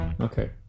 Okay